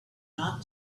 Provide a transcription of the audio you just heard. not